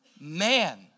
man